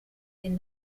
den